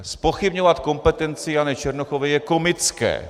Zpochybňovat kompetenci Jany Černochové je komické.